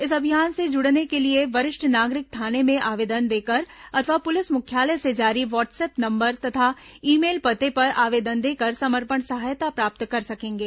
इस अभियान से जुड़ने के लिए वरिष्ठ नागरिक थाने में आवेदन देकर अथवा पुलिस मुख्यालय से जारी व्हाट्सअप नंबर तथा ई मेल पते पर आवेदन देकर समर्पण सदस्यता प्राप्त कर सकेंगे